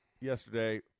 yesterday